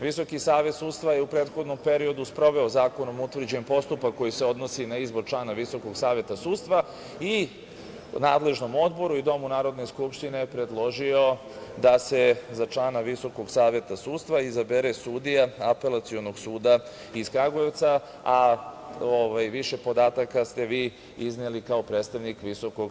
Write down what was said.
Visoki savet sudstava je u prethodnom periodu sproveo zakonom utvrđen postupak koji se odnosi na izbor člana VSS i nadležnom odboru i domu Narodne skupštine predložio je da se za člana VSS izabere sudija Apelacionog suda iz Kragujevca, a više podataka ste vi izneli kao predstavnik VSS.